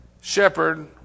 shepherd